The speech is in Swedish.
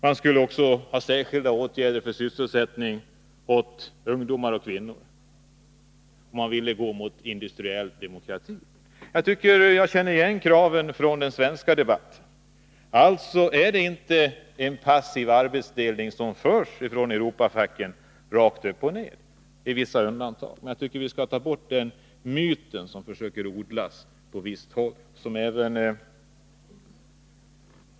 Man skulle också ha särskilda åtgärder för sysselsättning åt ungdomar och kvinnor. Man ville gå mot industriell demokrati. Jag tycker att jag känner igen kraven från den svenska debatten. Alltså är det inte en passiv arbetsdelning som drivs av Europafacken rakt upp och ner. Det finns vissa undantag, men jag tycker att vi skall ta bort den myt som man på visst håll försöker odla.